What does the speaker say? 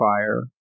fire